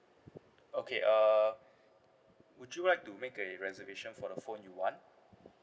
okay uh would you like to make a reservation for the phone you want